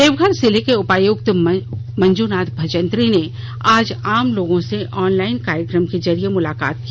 देवघर जिले के उपायुक्त मंजुनाथ भजंत्री ने आज आम लोगों से ऑनलाइन कार्यक्रम के जरिये मुलाकात की